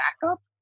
backup